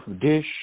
dish